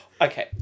okay